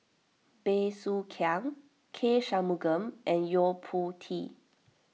Bey Soo Khiang K Shanmugam and Yo Po Tee